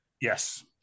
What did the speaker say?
Yes